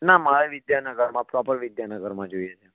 ના મારે વિદ્યાનગરમાં પ્રોપર વિદ્યાનગરમાં જોઈએ છે